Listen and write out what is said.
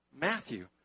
Matthew